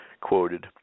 quoted